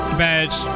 badge